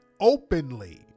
openly